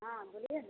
हाँ बोलिए ना